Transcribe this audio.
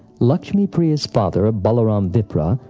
lakshmi-priya's father, balaram vipra,